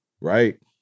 right